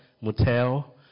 Motel